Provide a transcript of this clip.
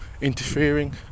Interfering